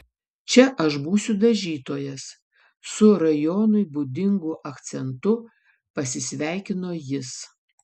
čia aš būsiu dažytojas su rajonui būdingu akcentu pasisveikino jis